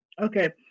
Okay